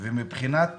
ומבחינת